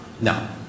No